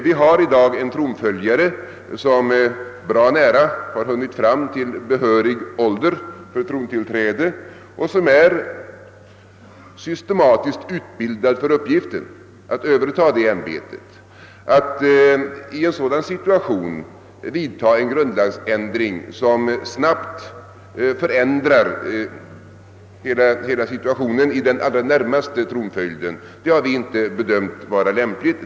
Vi har i dag en tronföljare som nästan har hunnit fram till behörig ålder för trontillträde och som är systematiskt utbildad för uppgiften att överta det ämbetet. Att i en sådan situation vidta en grundlagsändring som snabbt förändrar hela situationen då det gäller den allra närmaste tronföljden har vi inte bedömt vara lämpligt.